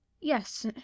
Yes